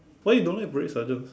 why you don't like parade sergeant